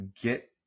get